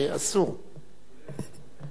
אדוני היושב-ראש, אני חייבת לומר לך,